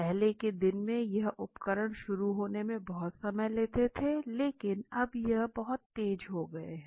पहले के दिनों में यह उपकरण शुरू होने में बहुत समय लेते थे लेकिन अब यह बहुत तेज हो गए हैं